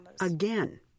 again